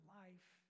life